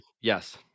Yes